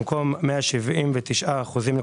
במקום "179.2%"